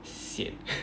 sian